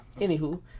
anywho